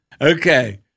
Okay